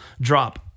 drop